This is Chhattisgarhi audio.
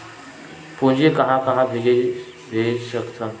पूंजी कहां कहा भेज सकथन?